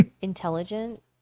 Intelligent